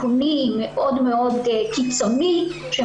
הצוותים הטיפוליים במעונות הממשלתיים.